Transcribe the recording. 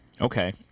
Okay